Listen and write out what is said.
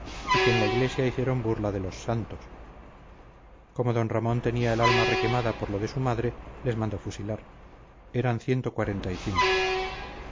y que en la iglesia hicieron burla de los santos como d ramón tenía el alma requemada por lo de su madre les mandó fusilar eran ciento cuarenta y cinco